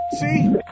See